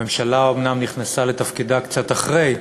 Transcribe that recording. הממשלה אומנם נכנסה לתפקידה קצת אחרי,